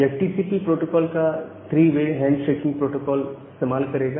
यह TCP protocol का 3 way hand shaking protocol इस्तेमाल करेगा